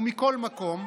ומכל מקום,